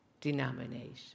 denomination